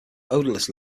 odorless